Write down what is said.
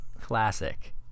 Classic